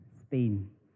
Spain